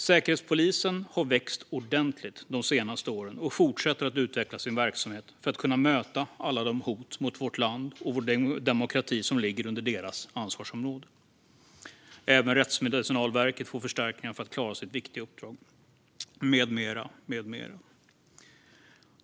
Säkerhetspolisen har växt ordentligt de senaste åren och fortsätter att utveckla sin verksamhet för att kunna möta alla de hot mot vårt land och vår demokrati som ligger under deras ansvarsområde. Även Rättsmedicinalverket får förstärkningar för att klara sitt viktiga uppdrag, med mera, med mera.